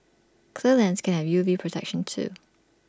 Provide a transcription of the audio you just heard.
clear lenses can have U V protection too